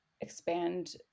expand